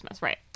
right